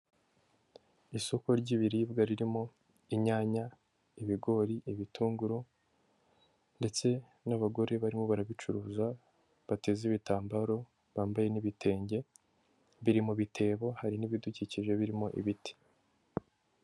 Isoko ry'ibiribwa ririmo inyanya, ibigori, ibitunguru ndetse n'abagore barimo barabicuruza bateze ibitambaro, bambaye n'ibitenge, biri mu bitebo hari n'ibidukikije birimo ibiti.